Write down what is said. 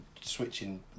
switching